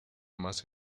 más